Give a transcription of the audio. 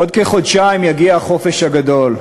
ינמק חבר הכנסת עמר בר-לב.